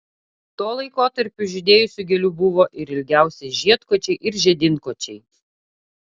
tuo laikotarpiu žydėjusių gėlių buvo ir ilgiausi žiedkočiai ar žiedynkočiai